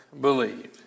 believed